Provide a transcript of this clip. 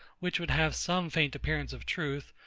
which would have some faint appearance of truth,